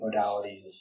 modalities